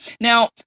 Now